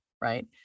Right